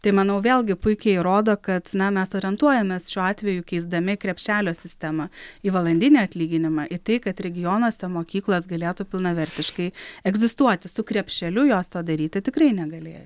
tai manau vėlgi puikiai įrodo kad na mes orientuojamės šiuo atveju keisdami krepšelio sistemą į valandinį atlyginimą į tai kad regionuose mokyklos galėtų pilnavertiškai egzistuoti su krepšeliu jos to daryti tikrai negalėjo